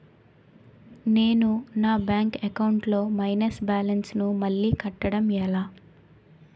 నేను నా bank account లొ మైనస్ బాలన్స్ ను మళ్ళీ కట్టడం ఎలా?